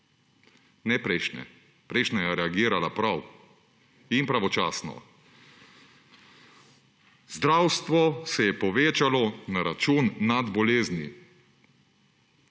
ne prejšnje. Prejšnja je reagirala prav in pravočasno. Zdravstvo se je povečalo na račun bolezni